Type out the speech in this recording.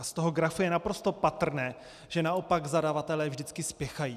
Z grafu je naprosto patrné, že naopak zadavatelé vždycky spěchají.